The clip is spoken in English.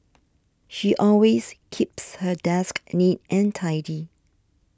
she always keeps her desk neat and tidy